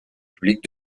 publics